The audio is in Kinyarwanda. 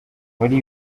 muri